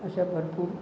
अशा भरपूर